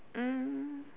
um